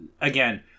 again